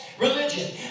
religion